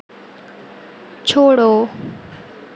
छोड़ो